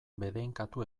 bedeinkatu